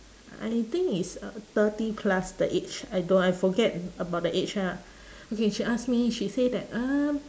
I think it's uh thirty plus the age I don't I forget about the age ah okay she ask me she say that um